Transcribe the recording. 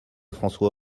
françois